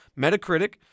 Metacritic